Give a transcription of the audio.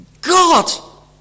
God